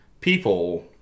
people